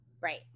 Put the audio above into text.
Right